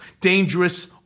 dangerous